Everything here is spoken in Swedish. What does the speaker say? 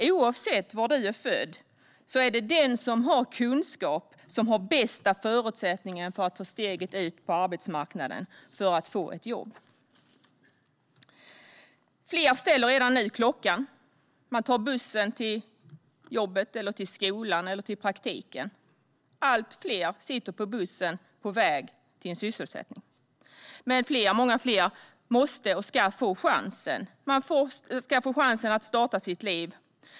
Oavsett var man är född är det den som har kunskap som har den bästa förutsättningen att ta steget ut på arbetsmarknaden och få ett jobb. Fler ställer redan nu klockan. Man tar bussen till jobbet, skolan eller praktiken. Allt fler sitter på bussen på väg till en sysselsättning. Men fler - många fler - måste och ska få chansen. Man ska få chansen att starta sitt liv.